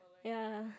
ya